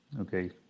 Okay